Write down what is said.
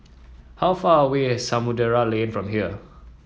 how far away is Samudera Lane from here